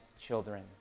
children